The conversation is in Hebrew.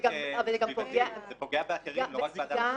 אבל זה גם פוגע באחרים, לא רק באדם.